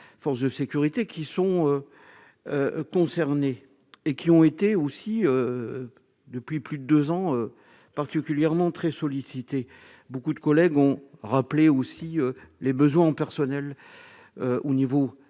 forces de sécurité qui sont concernés et qui ont été aussi depuis plus de 2 ans, particulièrement très sollicité beaucoup de collègues ont rappelé aussi les besoins en personnel, au niveau des